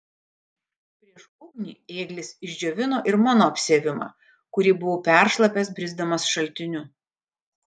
prieš ugnį ėglis išdžiovino ir mano apsiavimą kurį buvau peršlapęs brisdamas šaltiniu